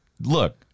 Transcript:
look